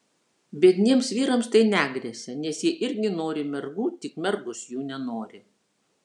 biedniems vyrams tai negresia nes jie irgi nori mergų tik mergos jų nenori